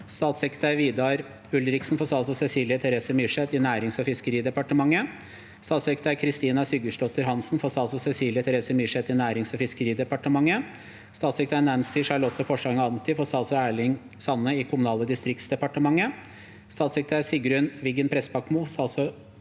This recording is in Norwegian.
Statssekretær Vidar Ulriksen for statsråd Cecilie Terese Myrseth i Nærings- og fiskeridepartementet. 28. Statssekretær Kristina Sigurdsdottir Hansen for statsråd Cecilie Terese Myrseth i Nærings- og fiskeridepartementet. 29. Statssekretær Nancy Charlotte Porsanger Anti for statsråd Erling Sande i Kommunal- og distriktsdepartementet. 30. Statssekretær Sigrun Wiggen Prestbakmo for statsråd